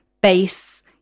base